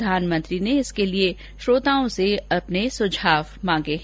प्रधानमंत्री ने इसके लिए श्रोताओं से सुझाव मांगे हैं